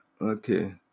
okay